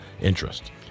interest